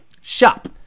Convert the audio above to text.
shop